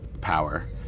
power